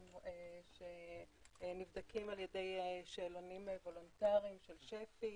שנבדקים על-ידי שאלונים וולונטריים שפ"י.